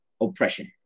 oppression